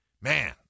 man